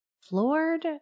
floored